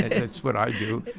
it's what i do.